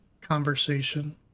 conversation